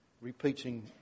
repeating